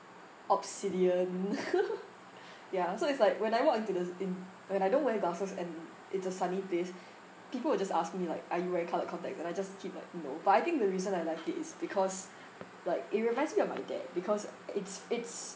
obsidian ya so it's like when I walk into this in when I don't wear glasses and it's a sunny place people will just ask me like are you wearing coloured contacts then I just keep like no but I think the reason I like it is because like it reminds me of my dad because it's it's